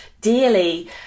dearly